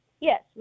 Yes